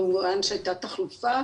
כמובן שהייתה תחלופה